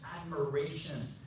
admiration